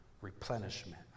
replenishment